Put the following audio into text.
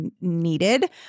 needed